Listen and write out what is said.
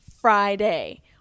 Friday